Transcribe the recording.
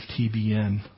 TBN